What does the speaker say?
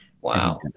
Wow